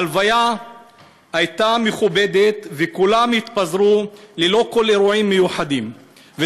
ההלוויה הייתה מכובדת וכולם התפזרו ללא כל אירועים מיוחדים.